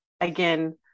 Again